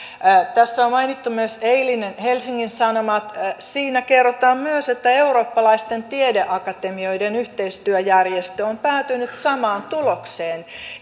täällä on mainittu myös eilinen helsingin sanomat siinä kerrotaan myös että eurooppalaisten tiedeakatemioiden yhteistyöjärjestö on päätynyt samaan tulokseen